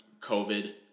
COVID